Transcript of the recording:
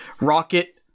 Rocket